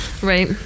Right